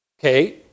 Okay